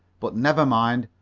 but never mind.